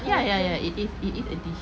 ya ya ya it is it is a dish